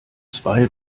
zwei